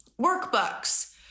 workbooks